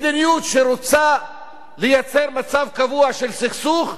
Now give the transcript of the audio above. מדיניות שרוצה לייצר מצב קבוע של סכסוך,